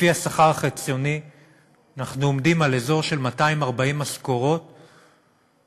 לפי השכר החציוני אנחנו עומדים על אזור של 240 משכורות נדרשות,